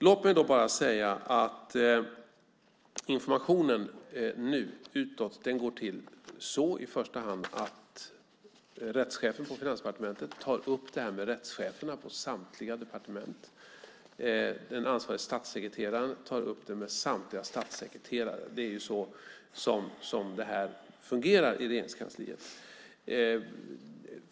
Låt mig bara säga att informationen utåt nu går till så, i första hand, att rättschefen på Finansdepartementet tar upp det här med rättscheferna på samtliga departement. Den ansvariga statssekreteraren tar upp det med samtliga statssekreterare. Det är så det här fungerar i Regeringskansliet.